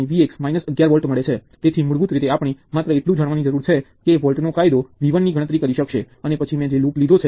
હવે બે ટર્મિનલ તત્વો માટે સીરિઝ જોડાણ શું બનાવે છે